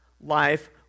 life